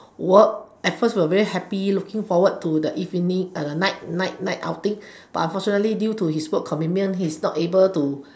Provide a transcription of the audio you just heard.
work at first we are very happy looking forward to the evening night night night outing but unfortunately due to his work commitment he is not able to